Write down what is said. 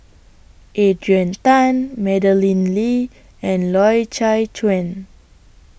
Adrian Tan Madeleine Lee and Loy Chye Chuan